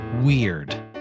weird